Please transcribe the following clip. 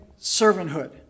servanthood